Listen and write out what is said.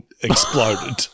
exploded